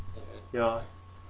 ya